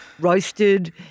roasted